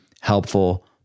helpful